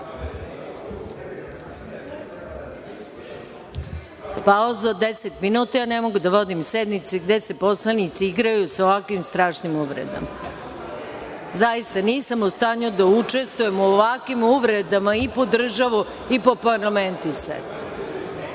od 10 minuta, jer ja ne mogu da vodim sednicu gde se poslanici igraju sa ovako strašnim uvredama. Zaista, nisam u stanju da učestvujem u ovakvim uvredama i po državu i po parlament. I nije